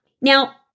Now